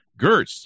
Gertz